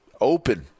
open